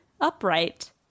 upright